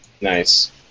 Nice